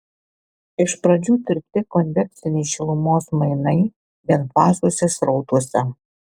iš pradžių tirti konvekciniai šilumos mainai vienfaziuose srautuose